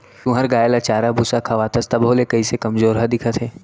तुंहर गाय ल चारा भूसा खवाथस तभो ले कइसे कमजोरहा दिखत हे?